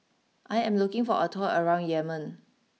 I am looking for a tour around Yemen